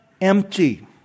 empty